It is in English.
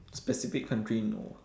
specific country no ah